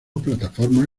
plataforma